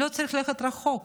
לא צריך ללכת רחוק.